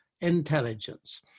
intelligence